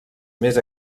més